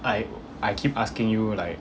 I I keep asking you like